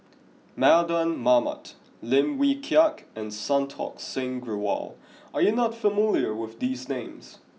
Mardan Mamat Lim Wee Kiak and Santokh Singh Grewal are you not familiar with these names